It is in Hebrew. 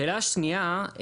שאלה שנייה,